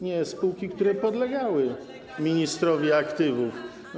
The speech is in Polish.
Nie, spółki, które podlegały ministrowi aktywów.